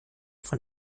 von